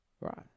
Right